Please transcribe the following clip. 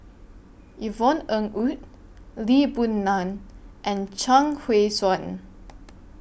Yvonne Ng Uhde Lee Boon Ngan and Chuang Hui Tsuan